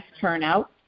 turnout